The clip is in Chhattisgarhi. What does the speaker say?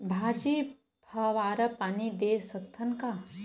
भाजी फवारा पानी दे सकथन का?